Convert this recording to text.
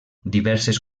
diverses